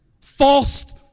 false